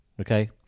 Okay